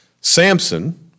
Samson